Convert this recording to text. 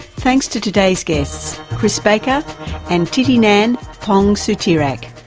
thanks to today's guests chris baker and thitinan pongsudhirak.